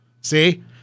See